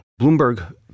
Bloomberg